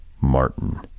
Martin